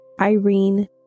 Irene